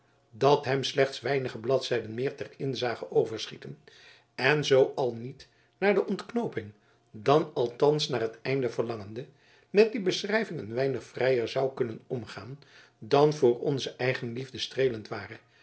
dat hem slechts weinige bladzijden meer ter inzage overschieten en zoo al niet naar de ontknooping dan althans naar het einde verlangende met die beschrijving een weinig vrijer zou kunnen omgaan dan voor onze eigenliefde streelend ware